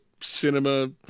cinema